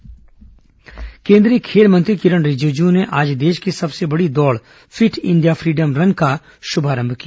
fit India freedom run केन्द्रीय खेल मंत्री किरेन रिजिजू ने आज देश की सबसे बड़ी दौड़ फिट इंडिया फ्रीडम रन का शुभारंभ किया